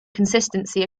consistency